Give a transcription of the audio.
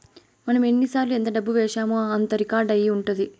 మనం ఎన్నిసార్లు ఎంత డబ్బు వేశామో అంతా రికార్డ్ అయి ఉంటది